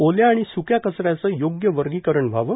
ओल्या आणि स्क्या कचऱ्याचे योग्य वर्गीकरण व्हावे